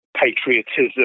patriotism